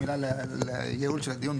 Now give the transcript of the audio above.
רק מילה לייעול של הדיון.